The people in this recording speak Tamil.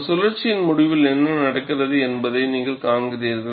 ஒரு சுழற்சியின் முடிவில் என்ன நடக்கிறது என்பதை நீங்கள் காண்கிறீர்கள்